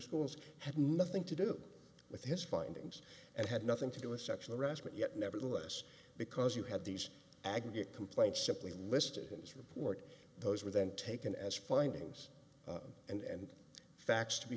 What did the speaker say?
schools had nothing to do with his findings and had nothing to do with sexual harassment yet nevertheless because you had these aggregate complaints simply listed in his report those were then taken as findings and facts to be